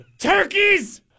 Turkeys